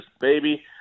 baby